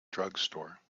drugstore